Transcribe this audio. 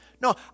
No